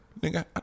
nigga